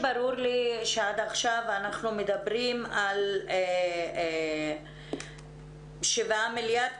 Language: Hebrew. ברור לי שעד עכשיו אנחנו מדברים על 7 מיליארד,